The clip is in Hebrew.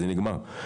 וזה נגמר.